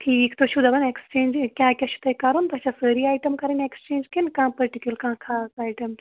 ٹھیٖک تُہۍ چھُو دپان ایٚکٕسچینٛج کیٛاہ کیٛاہ چھُ تۄہہِ کَرُن تۄہہِ چھا سٲری آیٹَم کَرٕنۍ ایٚکٕسچینٛج کِنہٕ کانٛہہ پٔٹِکیٛوٗل کانٛہہ خاص آیٹَم